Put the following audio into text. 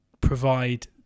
provide